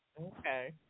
Okay